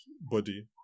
body